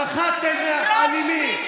פחדתם מהאלימים.